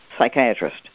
psychiatrist